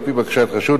על-פי בקשת החשוד,